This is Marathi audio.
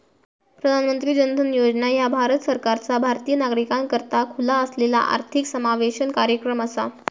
प्रधानमंत्री जन धन योजना ह्या भारत सरकारचा भारतीय नागरिकाकरता खुला असलेला आर्थिक समावेशन कार्यक्रम असा